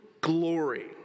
glory